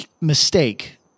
mistake